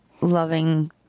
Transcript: loving